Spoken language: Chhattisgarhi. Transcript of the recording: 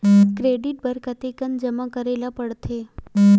क्रेडिट बर कतेकन जमा करे ल पड़थे?